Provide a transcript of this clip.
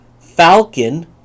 Falcon